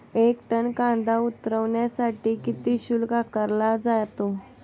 एक टन कांदा उतरवण्यासाठी किती शुल्क आकारला जातो?